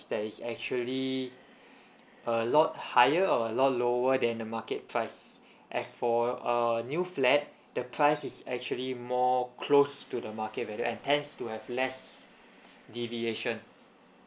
that is actually a lot higher or a lot lower than the market price as for uh new flat the price is actually more close to the market value and tends to have less deviation